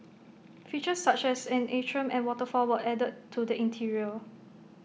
features such as an atrium and waterfall were added to the interior